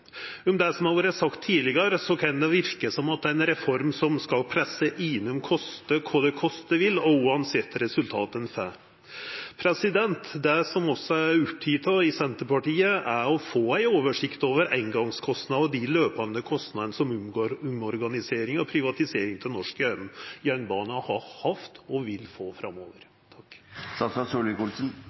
det som har vore sagt tidlegare, kan det verka som om dette er ei reform som skal pressast igjennom kosta kva det kosta vil, og uansett kva resultat ein får. Det vi er opptekne av i Senterpartiet, er å få ei oversikt over eingongskostnader og dei jamne kostnadene som omorganisering og privatisering av norsk jernbane har ført med seg, og vil føra med seg framover.